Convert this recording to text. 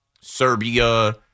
Serbia